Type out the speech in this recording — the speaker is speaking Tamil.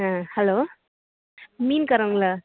ம் ஹலோ மீன் காரவங்களா